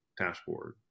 dashboard